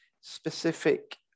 specific